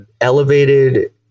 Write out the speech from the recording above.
elevated